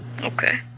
Okay